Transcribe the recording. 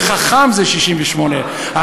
וחכם זה 68,